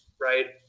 right